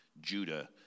Judah